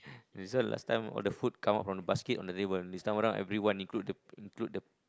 this one last time all the food come out from the basket on the table this time around everyone include the include the